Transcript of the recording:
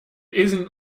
isn’t